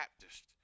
Baptist